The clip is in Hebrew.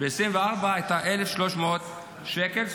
ב-2024 היא הייתה 1,300 שקל,